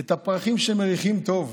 את הפרחים שמריחים טוב.